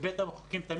בבית המחוקקים,